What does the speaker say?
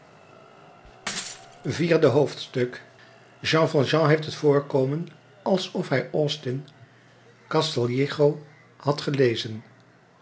vierde hoofdstuk jean valjean heeft het voorkomen alsof hij austin castillejo had gelezen